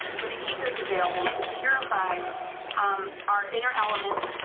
where the aether is available to purify um our inter elements,